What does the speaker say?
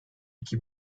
iki